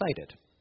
excited